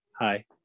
Hi